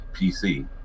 PC